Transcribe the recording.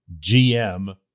GM